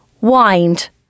wind